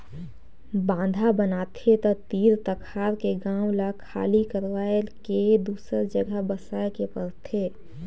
बांधा बनाथे त तीर तखार के गांव ल खाली करवाये के दूसर जघा बसाए के परथे